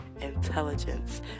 intelligence